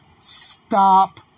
stop